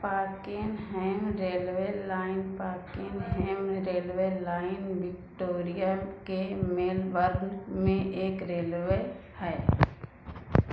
Pakenham railway line Pakenham railway line Victoria के Melbourne में एक रेलवे है